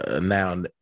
now